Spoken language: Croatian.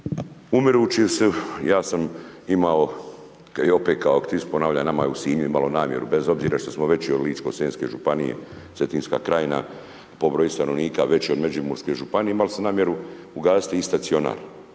umirući su, ja sam imao i opet kao aktivist, ponavljam, nama je u Sinju imalo namjeru, bez obzira što smo veći od Ličko-senjske županije, Cetinska krajina, po broju stanovnika veći od Međimurske županije, imali ste namjeru ugasiti i stacionar.